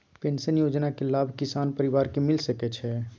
Pension योजना के लाभ किसान परिवार के मिल सके छिए?